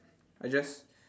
I just